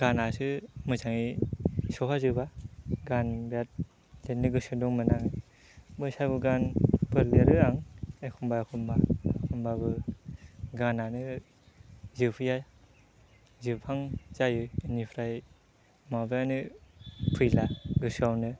गानासो मोजाङै सौहाजोबा गान बेराद लेरनो गोसो दंमोन आं बैसागु गानफोर लेरो आं एख्मबा एख्मबा होनबाबो गानानो जोबहैया जोबहां जायो बिनिफ्राय माबायानो फैला गोसोआवनो